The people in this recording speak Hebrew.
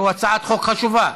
שהיא הצעת חוק חשובה,